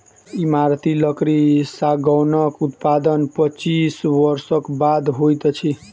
इमारती लकड़ी सागौनक उत्पादन पच्चीस वर्षक बाद होइत अछि